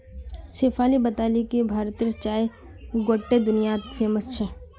शेफाली बताले कि भारतेर चाय गोट्टे दुनियात फेमस छेक